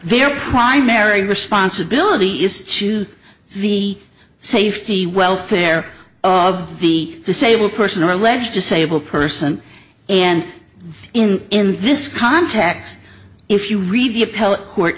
their primary responsibility is to the safety welfare of the disabled person or alleged disabled person and in in this context if you read the